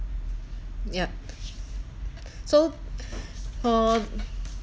yup so uh